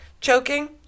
Choking